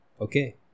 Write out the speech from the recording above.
okay